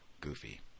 goofy